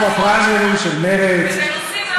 הוא אומר שהאופוזיציה מפריעה לו לתפקד.